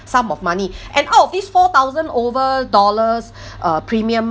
sum of money and out of these four thousand over dollars uh premium